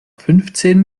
fünfzehn